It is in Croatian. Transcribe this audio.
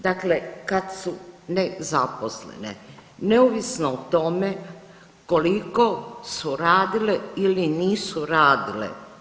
Dakle, kad su nezaposlene neovisno o tome koliko su radile ili nisu radile.